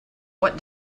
what